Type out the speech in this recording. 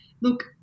Look